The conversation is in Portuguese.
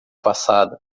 passada